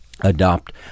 adopt